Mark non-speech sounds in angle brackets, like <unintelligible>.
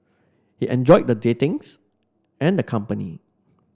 he enjoyed the dating <unintelligible> and the company